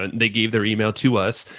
ah they gave their email to us.